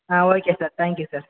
ah okay sir thank you sir